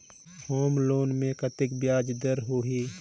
Home loan मे कतेक ब्याज दर होही?